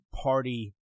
party